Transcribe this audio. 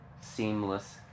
seamless